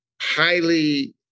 highly